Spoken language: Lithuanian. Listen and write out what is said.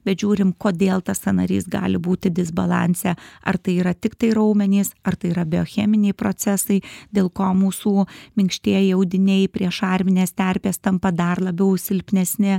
bet žiūrim kodėl tas sąnarys gali būti disbalanse ar tai yra tiktai raumenys ar tai yra biocheminiai procesai dėl ko mūsų minkštieji audiniai prie šarminės terpės tampa dar labiau silpnesni